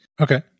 okay